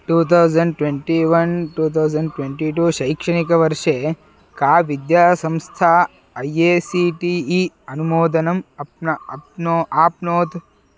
two thousand twenty one two thousand twenty two शैक्षणिकवर्षे का विद्यासंस्था A I C T E अनुमोदनम् अप्न अप्नो आप्नोत्